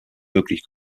möglich